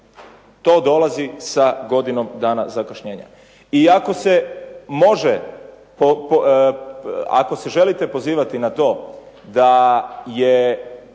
To dolazi sa godinom dana zakašnjenja. I ako se može, ako se želite pozivati na to da je